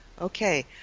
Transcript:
Okay